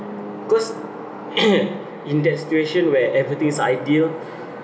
cause in that situation where everything is ideal